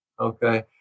Okay